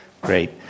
Great